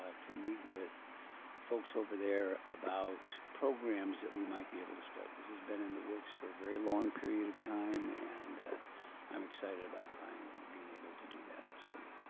ah to meet with folks over there about programs that we might be able to start. this has been in the works for a very long period of time. and ah i'm excited about finally being able to do that. so,